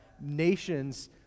nations